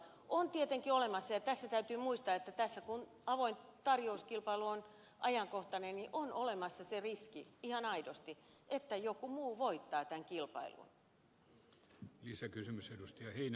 on tietenkin olemassa ja tässä täytyy muistaa että kun avoin tarjouskilpailu on ajankohtainen se riski ihan aidosti että joku muu voittaa tämän kilpailun